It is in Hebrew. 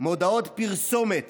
מודעות פרסומת